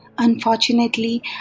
Unfortunately